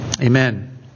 Amen